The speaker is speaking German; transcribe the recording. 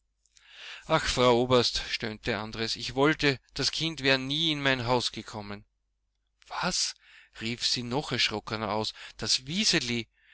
ach frau oberst stöhnte andres ich wollte das kind wäre nie in mein haus gekommen was rief sie noch erschrockener aus das